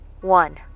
one